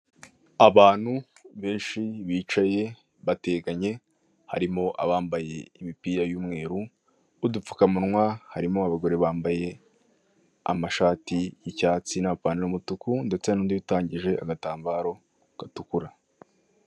Isoko rinini. Hakaba harimo ibicuruzwa bigiye bitandukanye bibitswe mu tubati. Bimwe muri ibyo bicuruzwa harimo imiti y'ibirahure y'ubwoko butandukanye; ndetse hakabamo n'amasabune y'amazi. Iri duka rikaba rifite amatara yaka umweru.